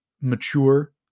mature